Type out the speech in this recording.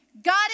God